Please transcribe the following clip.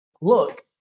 Look